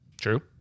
True